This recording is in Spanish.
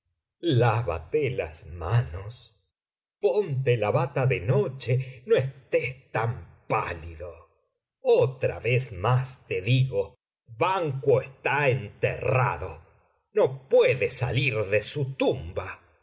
las manos ponte la bata de noche no estés tan pálido otra vez más te digo banquo está enterrado no puede salir de su tumba